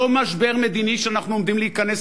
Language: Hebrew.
לא משבר מדיני שאנחנו עומדים להיכנס